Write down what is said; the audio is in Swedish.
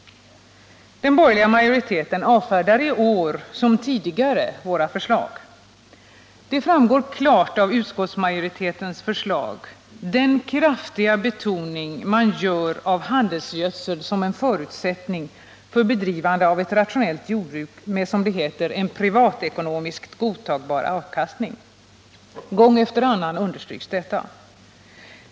Den borgerliga majoriteten avfärdar i år som tidigare våra förslag. Det framgår klart av utskottsmajoritetens förslag den kraftiga betoning man gör av handelsgödsel som en förutsättning för bedrivande av ett rationellt jordbruk med, som det heter, en privatekonomiskt godtagbar avkastning. Gång efter annan understryks detta.